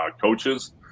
coaches